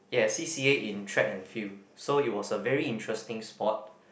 yes C_C_A in track and field so it was a very interesting sport